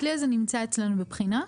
הכלי הזה נמצא אצלנו בבחינה.